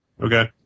Okay